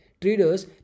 traders